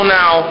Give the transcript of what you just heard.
now